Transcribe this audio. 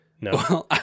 No